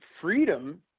freedom